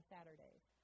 Saturdays